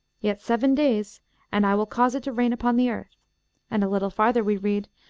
yet seven days and i will cause it to rain upon the earth and a little farther we read,